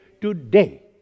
today